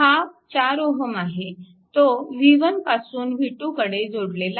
हा 4 Ω आहे तो v1 पासून v2 कडे जोडलेला आहे